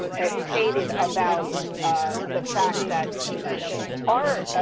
and stated about the fact that physicians are,